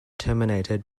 terminated